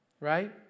right